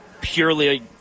purely